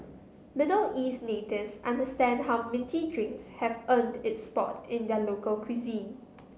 Middle East natives understand how minty drinks have earned its spot in their local cuisine